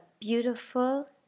beautiful